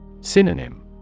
Synonym